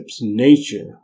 nature